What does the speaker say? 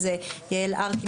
יעל ארקין,